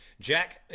Jack